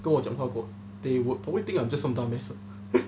跟我讲话过 they would probably think I'm just some dumb ass